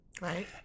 Right